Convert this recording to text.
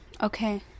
okay